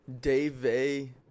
Dave